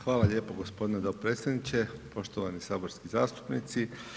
Hvala lijepo gospodine dopredsjedniče, poštovani saborski zastupnici.